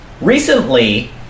recently